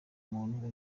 umuntu